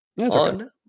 on